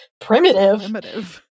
primitive